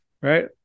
right